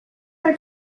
are